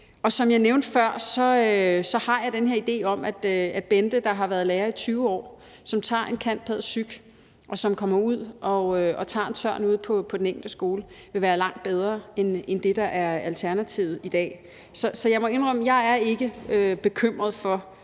og som jeg nævnte før, har jeg den her idé om, at det at have Bente, der har været lærer i 20 år, som tager en cand.pæd.psych., og som kommer ud og tager en tørn ude på den enkelte skole, vil være langt bedre end det, der er alternativet i dag. Så jeg må indrømme, at jeg ikke er bekymret for